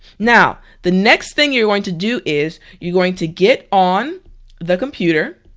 now the next thing you're going to do is you're going to get on the computer,